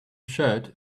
shirt